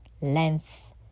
length